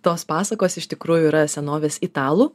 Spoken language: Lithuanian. tos pasakos iš tikrųjų yra senovės italų